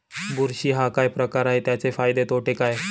बुरशी हा काय प्रकार आहे, त्याचे फायदे तोटे काय?